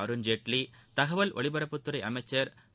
அருண்ஜேட்வி தகவல் ஒலிபரப்புத்துறை அமைச்ச் திரு